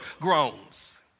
groans